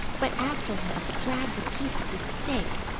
but after him dragged a piece of the stake.